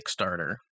Kickstarter